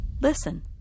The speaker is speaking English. Listen